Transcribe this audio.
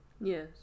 Yes